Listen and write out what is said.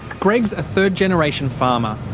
greg's a third-generation farmer.